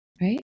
right